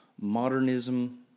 modernism